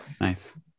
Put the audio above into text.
Nice